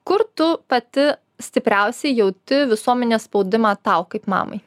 kur tu pati stipriausiai jauti visuomenės spaudimą tau kaip mamai